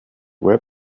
web